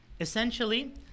Essentially